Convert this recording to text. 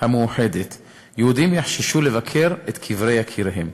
והמאוחדת יהודים יחששו לבקר את קברי יקיריהם.